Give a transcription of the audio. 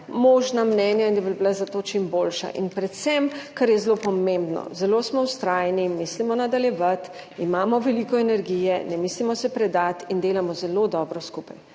možna mnenja in da bi bila za to čim boljša in predvsem, kar je zelo pomembno, zelo smo vztrajni in mislimo nadaljevati, imamo veliko energije, ne mislimo se predati in delamo zelo dobro skupaj.